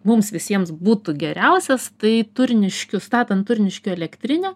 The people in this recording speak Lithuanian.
mums visiems būtų geriausias tai turniškių statant turniškių elektrinę